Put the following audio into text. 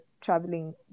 traveling